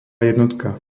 jednotka